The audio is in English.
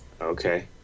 okay